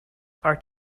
are